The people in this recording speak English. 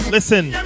Listen